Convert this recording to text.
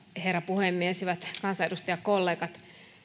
herra puhemies hyvät kansanedustajakollegat